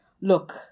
Look